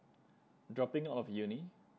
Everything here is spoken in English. dropping out of uni